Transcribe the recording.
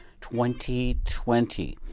2020